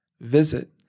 visit